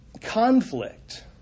conflict